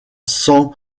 san